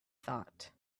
thought